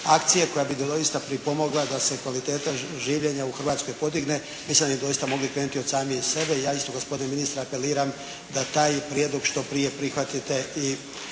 akcije koja bi doista pripomogla da se kvaliteta življenja u Hrvatskoj podigne, mislim da bi doista mogli krenuti od samih sebe. Ja isto gospodine ministre apeliram da taj prijedlog što prije prihvatite i